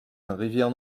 rivière